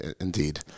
Indeed